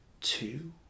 two